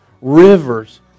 Rivers